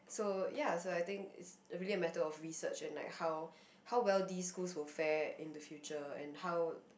so ya so I think it's really a matter of research and like how how well these schools will fare in the future and how